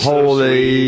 Holy